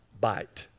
bite